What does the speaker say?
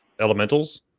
Elementals